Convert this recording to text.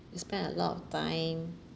you spend a lot of time